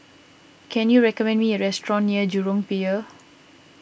can you recommend me a restaurant near Jurong Pier